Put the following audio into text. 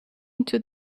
into